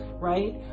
Right